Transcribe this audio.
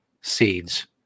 seeds